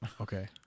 Okay